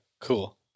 cool